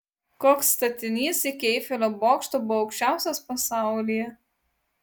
koks statinys iki eifelio bokšto buvo aukščiausias pasaulyje